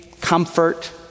comfort